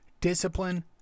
discipline